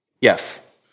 Yes